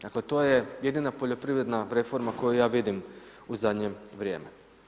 Dakle to je jedina poljoprivredna reforma koju ja vidim u zadnje vrijeme.